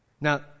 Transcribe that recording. Now